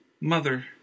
Mother